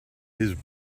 his